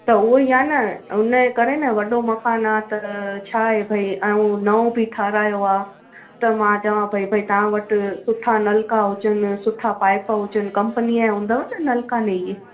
त उहेई आहे न हुनजे करे ना वॾो मकान आहे त छा आहे भई ऐं नओं बि ठाहिरायो आहे त मां चवां पई भई तव्हां वटि सुठा नलका हुजनि सुठा पाईप हुजनि कंपनीअ जा हूंदव न नलका नी ईअ